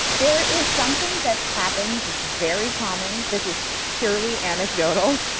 there is something that happens, it's very common, this is purely anecdotal,